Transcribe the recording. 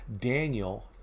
Daniel